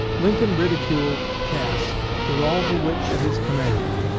lincoln ridiculed cass with all the wit at his command.